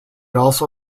also